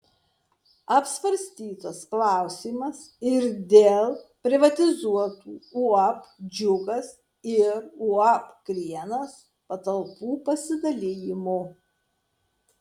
apsvarstytas klausimas ir dėl privatizuotų uab džiugas ir uab krienas patalpų pasidalijimo